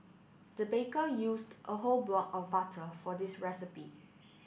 the baker used a whole block of butter for this recipe